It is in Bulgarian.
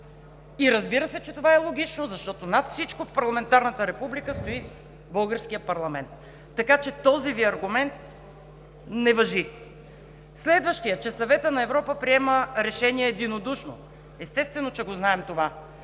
И разбира се, че това е логично, защото над всичко в парламентарната република стои българският парламент, така че този Ви аргумент не важи. Следващият – че Съветът на Европа приема решения единодушно. Естествено, че го знаем това,